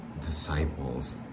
disciples